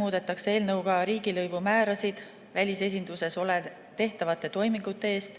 muudetakse eelnõuga riigilõivumäärasid välisesinduses tehtavate toimingute eest